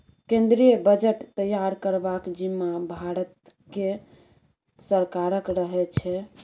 केंद्रीय बजट तैयार करबाक जिम्माँ भारते सरकारक रहै छै